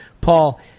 paul